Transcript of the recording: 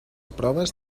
proves